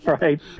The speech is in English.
right